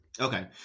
Okay